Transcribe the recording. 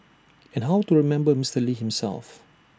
and how to remember Mister lee himself